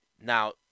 Now